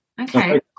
Okay